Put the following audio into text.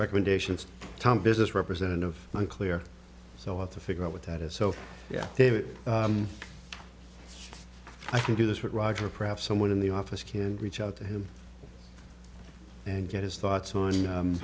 recommendations tom business representative unclear so hard to figure out what that is so yeah david i can do this right roger perhaps someone in the office can reach out to him and get his thoughts on